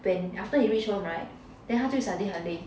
when after he reach home [right] then 它就 suddenly 很累